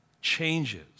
changes